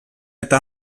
eta